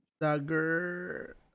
Dagger